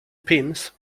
pins